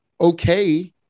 okay